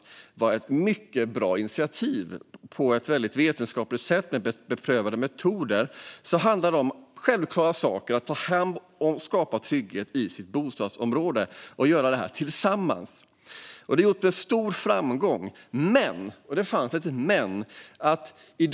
Det är ett mycket bra initiativ där man använder vetenskapligt beprövade metoder. Det handlar om självklara saker: att ta hand om sitt bostadsområde och skapa trygghet tillsammans. Detta har gjorts med stor framgång. Det finns dock ett "men".